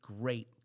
great